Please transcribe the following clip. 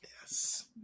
yes